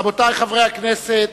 רבותי חברי הכנסת,